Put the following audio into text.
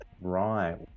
Right